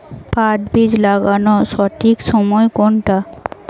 পাট বীজ লাগানোর সঠিক সময় কোনটা?